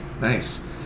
nice